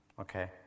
Okay